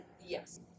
yes